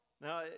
Now